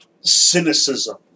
cynicism